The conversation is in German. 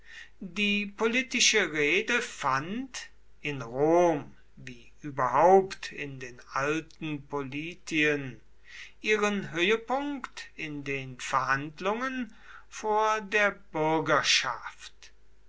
die politische rede fand in rom wie überhaupt in den alten politien ihren höhepunkt in den verhandlungen vor der bürgerschaft